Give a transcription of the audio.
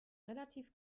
relativ